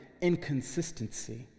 inconsistency